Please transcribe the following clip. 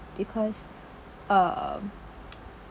because um